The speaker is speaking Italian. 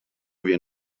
vien